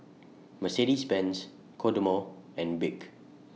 Mercedes Benz Kodomo and Bic